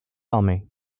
army